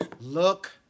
look